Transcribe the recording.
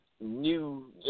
new